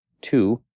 two